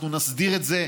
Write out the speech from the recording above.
אנחנו נסדיר את זה.